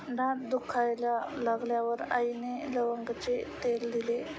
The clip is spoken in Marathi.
दात दुखायला लागल्यावर आईने लवंगाचे तेल दिले